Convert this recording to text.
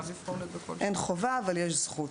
אין חובה אבל יש זכות.